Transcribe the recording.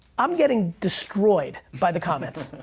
i'm getting destroyed by the comments.